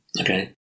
Okay